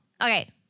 okay